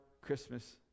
Christmas